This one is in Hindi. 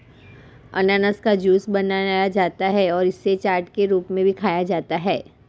अनन्नास का जूस बनाया जाता है और इसे चाट के रूप में भी खाया जाता है